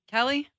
Kelly